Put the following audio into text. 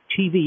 TV